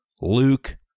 luke